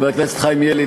חבר הכנסת חיים ילין,